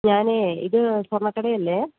ഞാൻ ഇത് സ്വർണ്ണക്കടയല്ലേ